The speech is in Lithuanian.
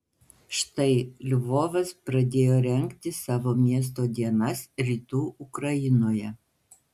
štai lvovas pradėjo rengti savo miesto dienas rytų ukrainoje